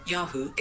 Yahoo